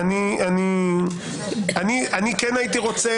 אני הייתי רוצה